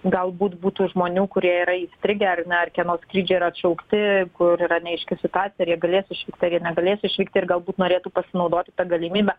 galbūt būtų žmonių kurie yra įstrigę ar ne ar kieno skrydžiai yra atšaukti kur yra neaiški situacija ar jie galės išvykti ar jie negalės išvykti ir galbūt norėtų pasinaudoti ta galimybe